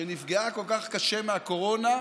שנפגעה כל כך קשה מהקורונה,